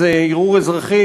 ערעור אזרחי